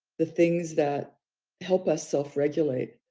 the things that help us self regulate.